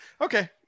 Okay